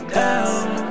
down